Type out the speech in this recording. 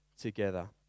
together